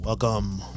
Welcome